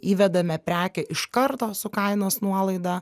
įvedame prekę iš karto su kainos nuolaida